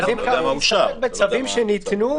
בצווים שניתנו,